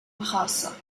الخاصة